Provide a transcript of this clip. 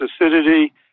acidity